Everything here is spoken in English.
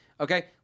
Okay